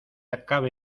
acabe